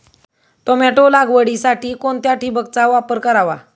Tomato लागवडीसाठी कोणत्या ठिबकचा वापर करावा?